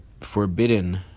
forbidden